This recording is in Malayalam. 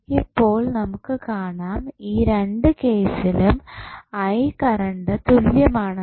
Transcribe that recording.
ഇപ്പോൾ നമുക്ക് കാണാം ഈ രണ്ടു കേസിലും I കറണ്ട് തുല്യമാണെന്ന്